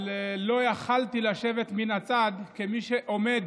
אבל לא יכולתי לשבת מן הצד, כמי שעומד